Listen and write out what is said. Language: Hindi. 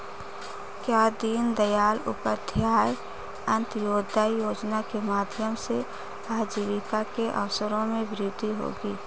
क्या दीन दयाल उपाध्याय अंत्योदय योजना के माध्यम से आजीविका के अवसरों में वृद्धि होगी?